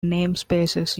namespaces